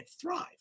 thrive